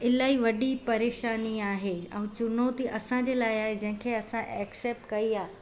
इलाही वॾी परेशानी आहे ऐं चुनौती असांजे लाइ आहे जंहिंखे असां ऐक्सेप्ट कई आहे